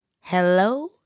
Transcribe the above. Hello